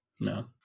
no